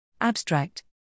Abstract